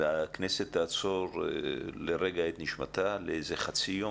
הכנסת תעצור לרגע את נשימתה לחצי יום